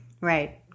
Right